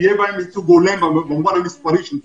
יהיה בהן ייצוג הולם במובן המספרי של זה.